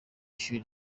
ishuri